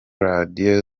radiyo